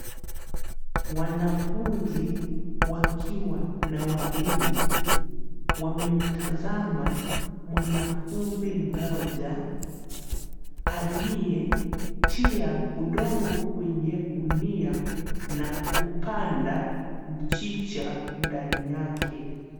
Wanafunzi wakiwa na walimu wamemtazama mwanafunzi moja aliyetia udongo wenye gunia na kunganda mchicha ndani yake.